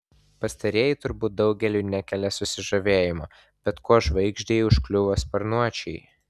pastarieji turbūt daugeliui nekelia susižavėjimo bet kuo žvaigždei užkliuvo sparnuočiai